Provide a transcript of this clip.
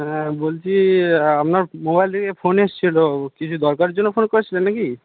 হ্যাঁ বলছি আপনার মোবাইল থেকে ফোন এসেছিলো কিছু দরকারের জন্য ফোন করেছিলেন না কি